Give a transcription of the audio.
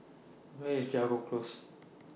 Where IS Jago Close